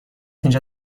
اینجا